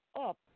up